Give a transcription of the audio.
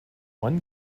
one